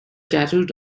tattooed